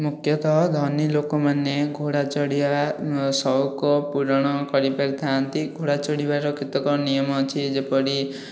ମୁଖ୍ୟତଃ ଧନୀ ଲୋକମାନେ ଘୋଡ଼ା ଚଢ଼ିବା ସଉକ ପୂରଣ କରିପାରିଥାନ୍ତି ଘୋଡ଼ା ଚଢ଼ିବାର କେତେକ ନିୟମ ଅଛି ଯେପରି